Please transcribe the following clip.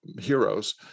heroes